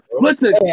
Listen